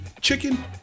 chicken